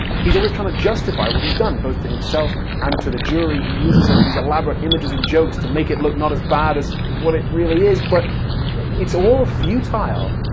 he's always trying to justify what he's done both to himself and to the jury. he uses all of these elaborate images and jokes to make it look not as bad as what it really is but it's all futile,